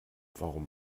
warum